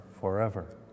forever